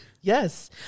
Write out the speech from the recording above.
yes